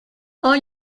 are